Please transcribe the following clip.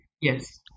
Yes